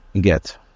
get